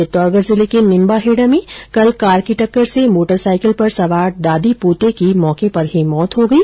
चित्तौड़गढ़ जिले के निम्बाहेड़ा में कल कार की टक्कर से मोटरसाईकिल पर सवार दादी पोते की मौके पर ही मौत हो गई